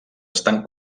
estan